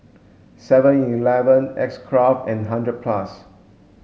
seven eleven X Craft and hundred plus